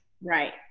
Right